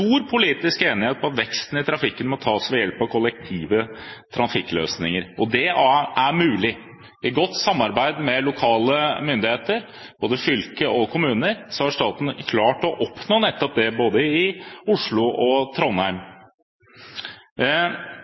politisk enighet om at veksten i trafikken må tas ved hjelp av kollektive trafikkløsninger. Det er mulig. I godt samarbeid med lokale myndigheter, både fylke og kommuner, har staten klart å oppnå nettopp det, både i Oslo og i Trondheim.